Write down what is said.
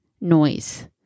noise